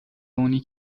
اونی